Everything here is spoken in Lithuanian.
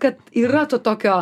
kad yra to tokio